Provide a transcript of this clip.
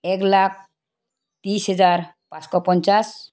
এক লাখ ত্ৰিছ হেজাৰ পাঁচশ পঞ্চাছ